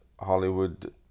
hollywood